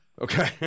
Okay